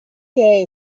che